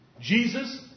Jesus